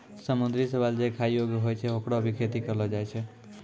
समुद्री शैवाल जे खाय योग्य होय छै, होकरो भी खेती करलो जाय छै